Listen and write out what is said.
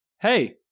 hey